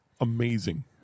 Amazing